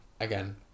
Again